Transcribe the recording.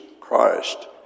Christ